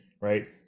right